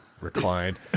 reclined